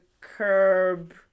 curb